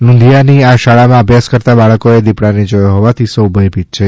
લુંઘીયાની આ શાળામાં અભ્યાસ કરતા બાળકોએ દીપડાને જોયો હોવાથી સૌ ભયભીત છે